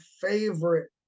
favorite